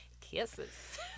kisses